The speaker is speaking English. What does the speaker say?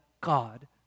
God